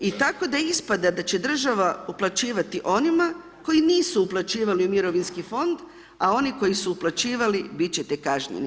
I tako da ispada da će država uplaćivati onima, koji nisu uplaćivali u mirovinski fond, a oni koji su upućivali biti ćete kažnjeni.